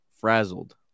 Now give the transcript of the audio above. frazzled